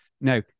Now